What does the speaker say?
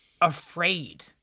afraid